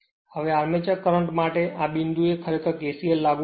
હવે armature current માટે આ આ બિંદુએ ખરેખર KCL લાગુ કરો